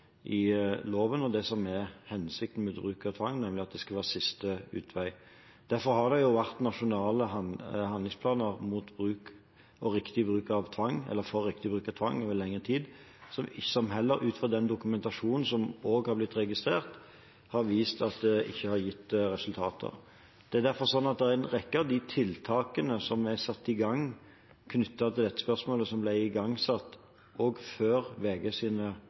loven, og det som er hensikten med bruk av tvang, nemlig at det skal være siste utvei. Derfor har det vært nasjonale handlingsplaner for riktig bruk av tvang over lengre tid, som ut fra den dokumentasjonen som har blitt registrert, har vist at det ikke har gitt resultater. En rekke av de tiltakene som er satt i gang knyttet til dette spørsmålet, ble igangsatt før VGs avsløringer, men det VG